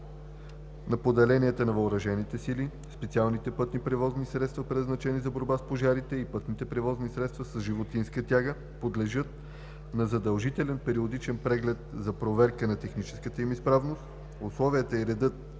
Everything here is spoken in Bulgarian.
на поделенията на Въоръжените сили, специалните пътни превозни средства предназначени за борба с пожарите и пътните превозни средства с животинска тяга, подлежат на задължителен периодичен преглед за проверка на техническата им изправност. Условията и редът